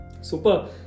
Super